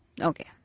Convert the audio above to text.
Okay